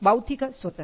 ബൌദ്ധികസ്വത്ത്